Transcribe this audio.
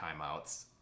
timeouts